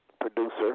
producer